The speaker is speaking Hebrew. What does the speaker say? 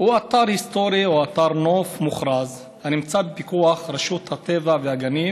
הוא "אתר היסטורי או אתר נוף מוכרז הנמצא בפיקוח רשות הטבע והגנים"